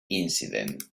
incident